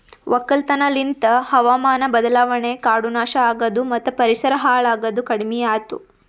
ಒಕ್ಕಲತನ ಲಿಂತ್ ಹಾವಾಮಾನ ಬದಲಾವಣೆ, ಕಾಡು ನಾಶ ಆಗದು ಮತ್ತ ಪರಿಸರ ಹಾಳ್ ಆಗದ್ ಕಡಿಮಿಯಾತು